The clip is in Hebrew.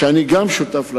שגם אני שותף להן,